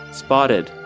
spotted